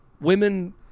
women